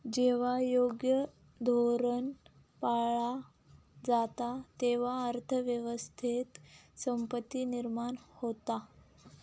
जेव्हा योग्य धोरण पाळला जाता, तेव्हा अर्थ व्यवस्थेत संपत्ती निर्माण होता